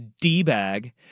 D-bag